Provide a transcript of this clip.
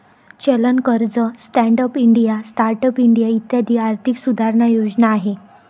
चलन कर्ज, stand up India, start up India इत्यादी आर्थिक सुधारणा योजना आहे